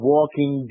Walking